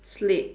slate